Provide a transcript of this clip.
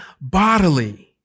bodily